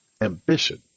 ambition